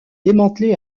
démantelé